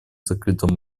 закрытом